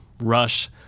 rush